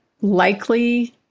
likely